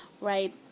right